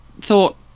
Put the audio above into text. thought